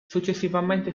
successivamente